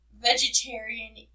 vegetarian